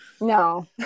No